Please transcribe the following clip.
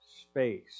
space